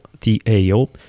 T-A-O